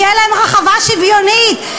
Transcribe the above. תהיה להן רחבה שוויונית,